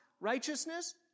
righteousness